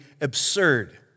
absurd